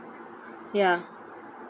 ya